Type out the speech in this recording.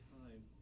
time